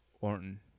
Orton